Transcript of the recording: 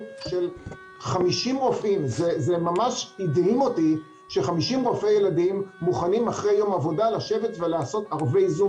אבל בסוף הילדים נמצאים בבתי הספר.